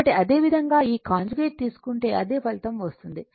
కాబట్టి అదే విధంగా ఈ కాంజుగేట్ తీసుకుంటే అదే ఫలితం వస్తుంది